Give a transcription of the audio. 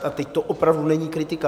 A teď to opravdu není kritika.